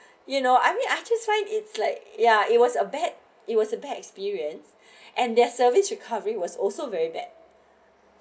you know I mean I just find it's like ya it was a bad it was a bad experience and their service recovery was also very bad